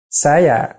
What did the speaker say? saya